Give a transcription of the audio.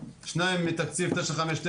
שניים מתקציב 959,